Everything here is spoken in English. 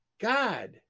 God